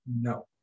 No